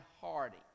Hardy